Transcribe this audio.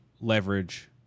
leverage